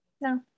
No